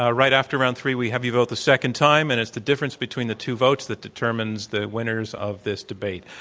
ah right after round three, we have you vote the second time, and it's the difference between the two votes that determines the winners of this debate.